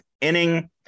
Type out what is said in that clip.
inning